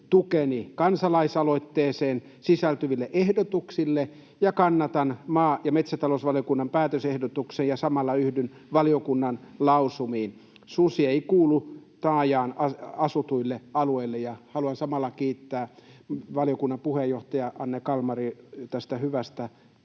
tukeni kansalaisaloitteeseen sisältyville ehdotuksille, kannatan maa- ja metsätalousvaliokunnan päätösehdotusta ja samalla yhdyn valiokunnan lausumiin. Susi ei kuulu taajaan asutuille alueille. Haluan samalla kiittää valiokunnan puheenjohtajaa Anne Kalmaria hyvästä johtamisesta